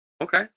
Okay